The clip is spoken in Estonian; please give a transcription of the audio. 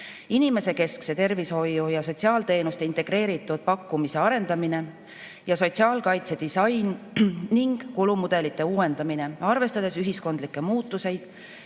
inimesekeskse tervishoiu ja sotsiaalteenuste integreeritud pakkumise arendamine ja sotsiaalkaitsedisain ning kulumudelite uuendamine arvestades ühiskondlikke muutusi